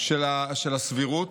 של הסבירות,